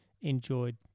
enjoyed